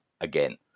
again